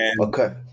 Okay